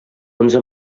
onze